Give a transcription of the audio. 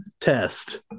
test